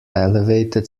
elevated